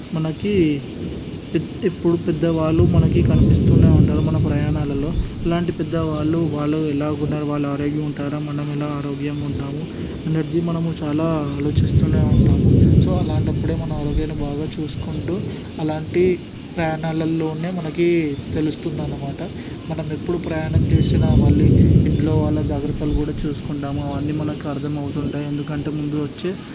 మనకి ఎప్పుడు పెద్దవాళ్ళు మనకి కనిపిస్తూనే ఉంటారు మన ప్రయాణాలలో అలాంటి పెద్దవాళ్ళు వాళ్ళు ఎలాగా ఉన్నారు వాళ్ళు ఆరోగ్యంగా ఉంటారా మనం ఎలా ఆరోగ్యంగా ఉంటాము అనేది మనము చాలా ఆలోచిస్తూనే ఉంటాము సో అలాంటప్పుడే మన ఆరోగ్యం బాగా చూసుకుంటూ అలాంటి ప్రయాణాల్లోనే మనకి తెలుస్తుంది అన్నమాట మనమెప్పుడు ప్రయాణం చేసినా మళ్ళీ ఇంట్లో వాళ్ళ జాగ్రత్తలు కూడా చూసుకుంటాము అవన్నీ మనకు అర్థమవుతూ ఉంటాయి ఎందుకంటే ముందు వచ్చే